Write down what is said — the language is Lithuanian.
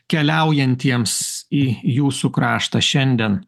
keliaujantiems į jūsų kraštą šiandien